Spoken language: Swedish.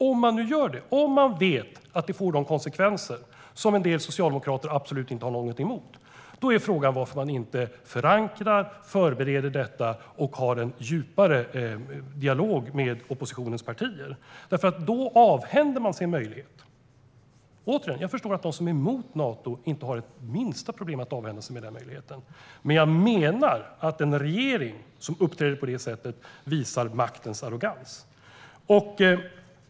Om man nu gör detta och vet att det får de konsekvenser som en del socialdemokrater absolut inte har någonting emot, då är frågan varför man inte förankrar och förbereder detta och har en djupare dialog med oppositionens partier. Det är nämligen fråga om att man avhänder sig en möjlighet. Återigen: Jag förstår att de som är emot Nato inte har det minsta problem med att avhända sig den möjligheten. Men jag menar att en regering som uppträder på det sättet visar maktens arrogans.